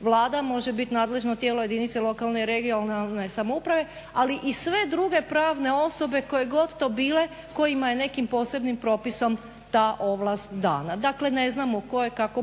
Vlada, može biti nadležno tijelo jedinice lokalne i regionalne samouprave, ali i sve druge pravne osobe koje god to bile kojima je nekim posebnim propisom ta ovlast dana. Dakle, ne znamo koje, kako